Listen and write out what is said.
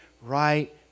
Right